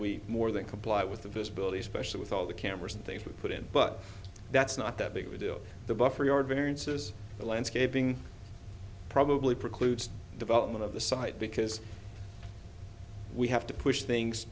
we more than comply with the visibility especially with all the cameras and things we put in but that's not that big a deal the buffer or variances the landscaping probably precludes development of the site because we have to push things